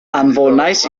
anfonais